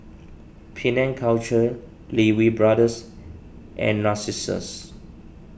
Penang Culture Lee Wee Brothers and Narcissus